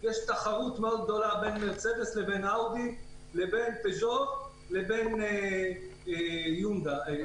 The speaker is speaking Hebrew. יש תחרות מאוד גדולה בין מרצדס לבין אאודי לבין פג'ו לבין יונדאי,